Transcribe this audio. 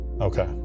Okay